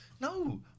no